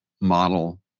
model